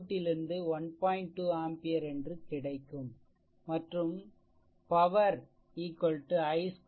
2 ampere என்று கிடைக்கும் மற்றும் பவர் i2 x r 1